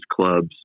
clubs